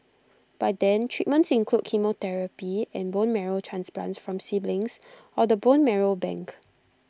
by then treatments include chemotherapy and bone marrow transplants from siblings or the bone marrow bank